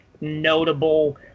notable